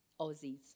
Aussies